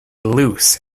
loose